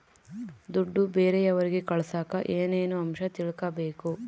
ದುಡ್ಡು ಬೇರೆಯವರಿಗೆ ಕಳಸಾಕ ಏನೇನು ಅಂಶ ತಿಳಕಬೇಕು?